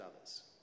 others